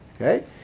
Okay